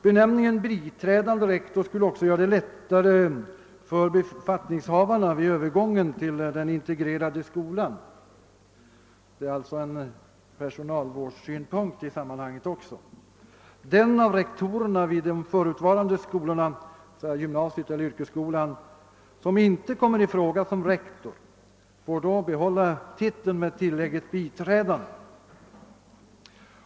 Benämningen <<: biträdande =: rektor skulle också kunna göre det lättare för befattningshavarna vid övergången till den integrerade skolan; här kommer alltså en personalvårdssynpunkt in i sammanhanget. Den av rektorerna vid de förutvarande skolorna — gymnasiet och yrkesskolan — som inte: kommer ':i fråga som rektor skulle ju få behålla titeln med tillägget biträdande.